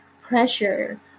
pressure